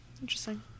Interesting